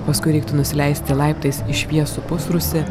paskui reiktų nusileisti laiptais į šviesų pusrūsį